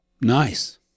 Nice